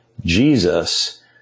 Jesus